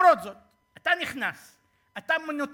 למרות זאת אתה נכנס, אתה מנותח.